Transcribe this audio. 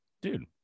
dude